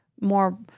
more